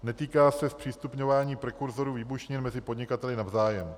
Netýká se zpřístupňování prekurzorů výbušnin mezi podnikateli navzájem.